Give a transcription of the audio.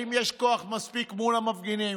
אם יש כוח מספיק מול המפגינים,